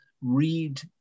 read